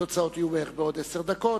תוצאות יהיו בערך בעוד עשר דקות.